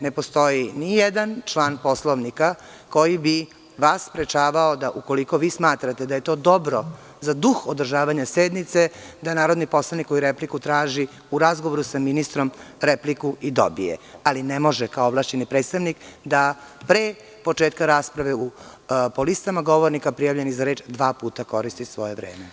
Ne postoji ni jedan član Poslovnika koji bi sprečava da, ukoliko vi smatrate da je to dobro za duh održavanja sednice, narodni poslanik koji repliku traži u razgovoru sa ministrom, repliku i dobije, ali ne može kao ovlašćeni predstavnik da pre početka rasprave po listama prijavljenih govornika za rečdva puta koristi svoje vreme.